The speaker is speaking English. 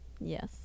Yes